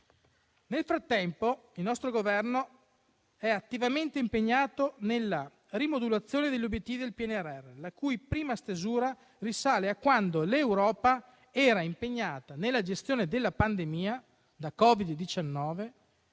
Nel frattempo il nostro Governo è attivamente impegnato nella rimodulazione degli obiettivi del PNRR, la cui prima stesura risale a quando l'Europa era impegnata nella gestione della pandemia da Covid-19